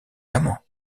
amant